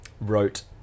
wrote